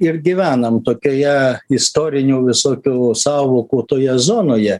ir gyvenam tokioje istorinių visokių sąvokų toje zonoje